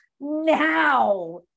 now